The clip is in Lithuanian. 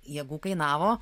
jėgų kainavo